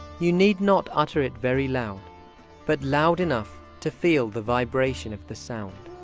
you need not utter it very loud but loud enough to feel the vibration of the sound.